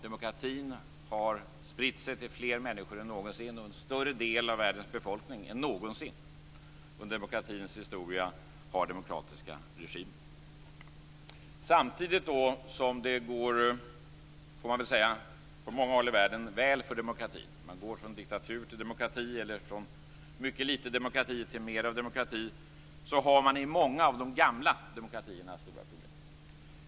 Demokratin har spritt sig till fler människor än någonsin. En större del av världens befolkning än någonsin under demokratins historia har demokratiska regimer. På många håll går det väl för demokratin. Man går från diktatur till demokrati eller från mycket lite demokrati till mer av demokrati. Samtidigt har man i många av de gamla demokratierna stora problem.